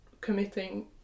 committing